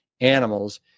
animals